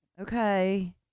Okay